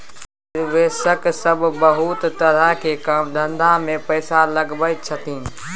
निवेशक सब बहुते तरह के काम धंधा में पैसा लगबै छथिन